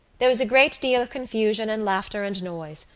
there was a great deal of confusion and laughter and noise,